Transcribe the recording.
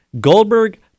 Goldberg